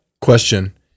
Question